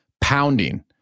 pounding